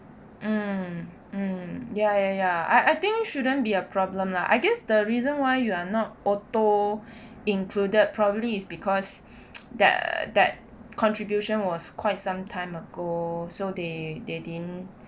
mm mm ya ya ya I I think shouldn't be a problem lah I guess the reason why you are not auto included probably is because that that contribution was quite some time ago so they they didn't